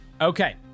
Okay